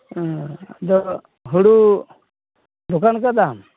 ᱟᱫᱚ ᱦᱩᱲᱩ ᱫᱚᱠᱟᱱ ᱠᱟᱫᱟᱢ